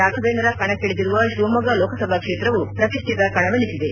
ರಾಘವೇಂದ್ರ ಕಣಕ್ಕೀದಿರುವ ಶಿವಮೊಗ್ಗ ಲೋಕಸಭಾ ಕ್ಷೇತ್ರವು ಪ್ರತಿಷ್ಟಿತ ಕಣವೆನಿಸಿದೆ